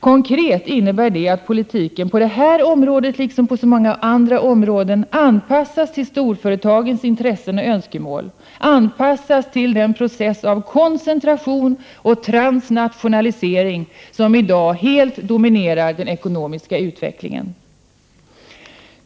Konkret innebär det att politiken, på detta liksom på så många andra områden, anpassas till storföretagens intressen och önskemål och till den process av koncentration och transnationalisering som i dag helt dominerar den ekonomiska utvecklingen.